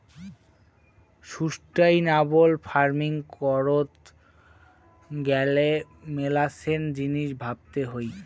sustainable farming করত গ্যালে মেলাছেন জিনিস ভাবতে হউ